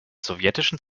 sowjetischen